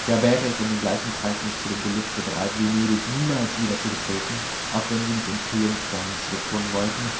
ja wäre ich um den gleichen preis nicht zu dem gelübde bereit venedig niemals wieder zu betreten auch wenn sie mich im triumph dahin zurückholen wollten